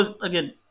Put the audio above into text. again